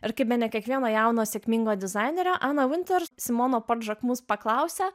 ir kaip bene kiekvieno jauno sėkmingo dizainerio ana vintur simono por žakmus paklausė